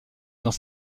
dans